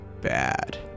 bad